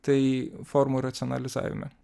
tai formų racionalizavime